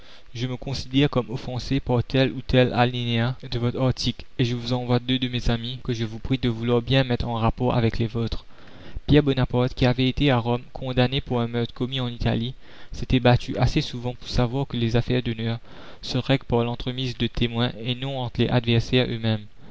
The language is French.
je me considère comme offensé par tel ou tel alinéa de votre article et je vous envoie deux de mes amis que je vous prie de vouloir bien mettre en rapport avec les vôtres pierre bonaparte qui avait été à rome condamné pour un meurtre commis en italie s'était battu assez souvent pour savoir que les affaires d'honneur se règlent par l'entremise de témoins et non entre les adversaires eux-mêmes